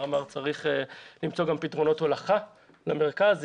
אמר צריך למצוא גם פתרונות הולכה למרכז.